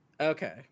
Okay